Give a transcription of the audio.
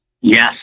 Yes